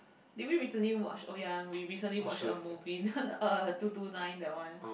did we recently watch oh ya we recently watched a movie uh two two nine that one